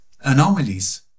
anomalies